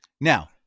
Now